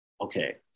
okay